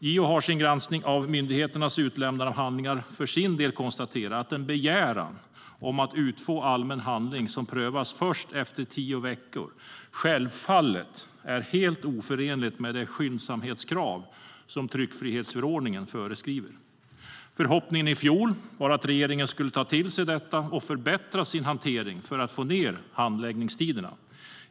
JO har i sin granskning av myndigheternas utlämnande av handlingar för sin del konstaterat att en begäran om att utfå allmän handling som prövats först efter tio veckor självfallet är helt oförenligt med det skyndsamhetskrav som tryckfrihetsförordningen föreskriver. Förhoppningen i fjol var att regeringen skulle ta till sig detta och förbättra sin hantering för att få ned handläggningstiderna.